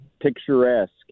picturesque